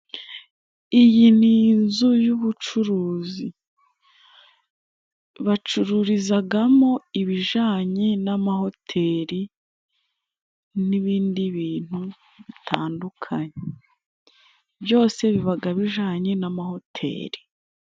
Iyi ni inzu y'ubucuruzi. Bacururizagamo ibijanye n'amahoteri n'ibindi bintu bitandukanye. Byose bibaga bijanye n'amahoteri.